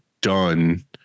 done